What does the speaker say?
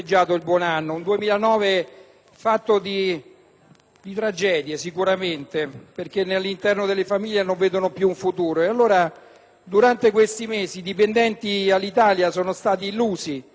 fatto sicuramente di tragedie poiché le famiglie non vedono più un futuro. Durante questi mesi i dipendenti Alitalia sono stati illusi, mortificati ed uccisi nelle loro speranze.